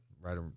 right